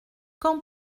quand